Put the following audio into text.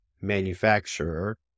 manufacturer